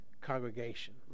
congregation